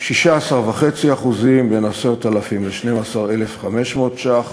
16.5% בין 10,000 ל-12,500 ש"ח,